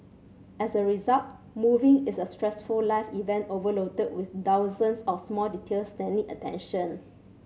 as a result moving is a stressful life event overloaded with thousands of small details that need attention